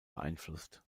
beeinflusst